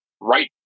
right